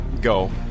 go